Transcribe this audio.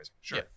Sure